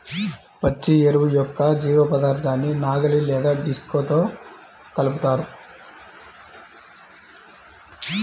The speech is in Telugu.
పచ్చి ఎరువు యొక్క జీవపదార్థాన్ని నాగలి లేదా డిస్క్తో కలుపుతారు